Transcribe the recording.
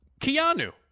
Keanu